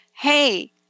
hey